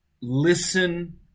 listen